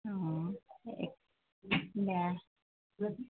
অঁ বেয়া